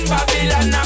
Babylon